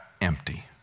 empty